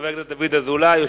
לזה אני מסכים.